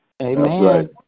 Amen